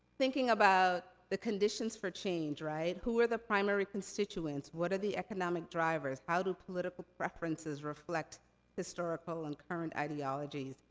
thinking about the conditions for change, right? who are the primary constituents? what are the economic drivers? how do political preferences reflect historical and current ideologies?